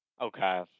okay